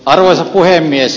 arvoisa puhemies